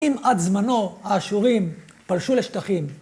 אם עד זמנו האשורים פלשו לשטחים.